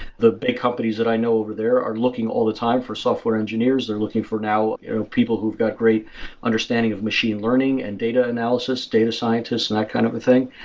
the big companies i know over there are looking all the time for software engineers. they're looking for now people who've got great understanding of machine learning, and data analysis, data scientists and that kind of thing.